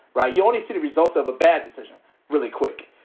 right? you only see the results of a bad decision really quick.